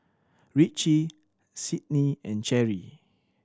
Ritchie Sydnee and Cherrie